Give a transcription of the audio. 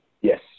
Yes